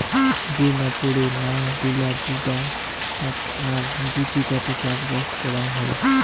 যে নপরে না গুলা জুদাগ আর জুচিকাতে চাষবাস করাং হই